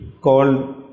called